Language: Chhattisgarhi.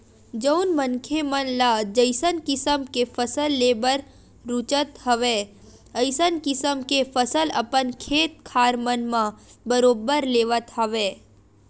जउन मनखे मन ल जइसन किसम के फसल लेबर रुचत हवय अइसन किसम के फसल अपन खेत खार मन म बरोबर लेवत हवय